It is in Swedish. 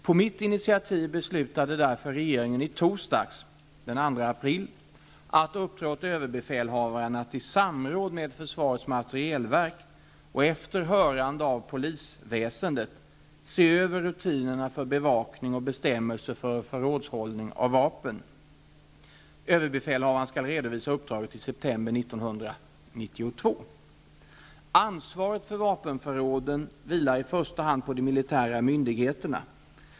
På mitt initiativ beslutade därför regeringen i torsdags -- den 2 april -- att uppdra åt överbefälhavaren att i samråd med försvarets materielverk och efter hörande av polisväsendet se över rutinerna för bevakning och bestämmelser för förrådshållning av vapen. Överbefälhavaren skall redovisa uppdraget i september 1992. Ansvaret för vapenförråden vilar i första hand på de militära myndigheterna.